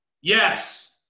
Yes